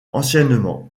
anciennement